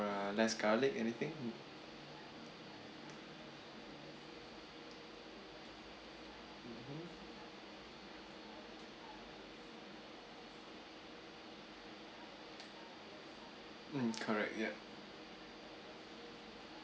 uh less garlic anything mmhmm mm correct ya